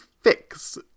fix